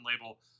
label